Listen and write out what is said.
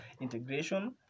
integration